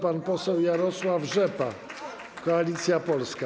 Pan poseł Jarosław Rzepa, Koalicja Polska.